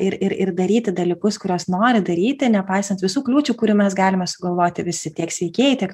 ir ir ir daryti dalykus kuriuos nori daryti nepaisant visų kliūčių kurių mes galime sugalvoti visi tiek sveikieji tiek